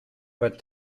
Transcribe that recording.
but